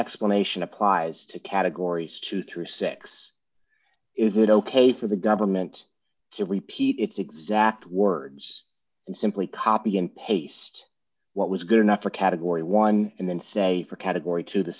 explanation applies to categories two through six is it ok for the government to repeat its exact words and simply copy and paste what was good enough for category one and then say for category two the